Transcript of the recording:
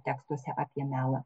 tekstuose apie melą